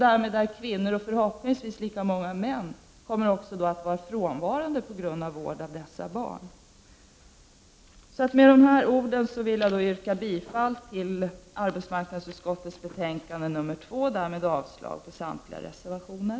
Därmed kommer kvinnor, och förhoppningsvis lika många män, att vara frånvarande på grund av vård av dessa barn. Med dessa ord vill jag yrka bifall till arbetsmarknadsutskottets hemställan i betänkandet nr 2 och därmed avslag på samtliga reservationer.